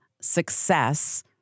success